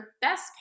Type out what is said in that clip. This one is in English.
best